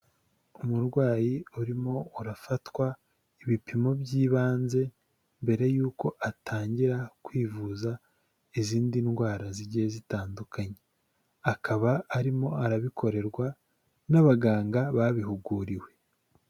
Umurwayi urimo urafatwa ibipimo by'ibanze mbere y'uko atangira kwivuza izindi ndwara zigiye zitandukanye, akaba arimo arabikorerwa n'abaganga babihuguriwe.